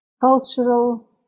cultural